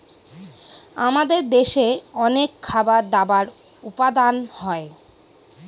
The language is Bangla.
আমাদের দেশে অনেক খাবার দাবার উপাদান হয়